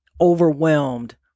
overwhelmed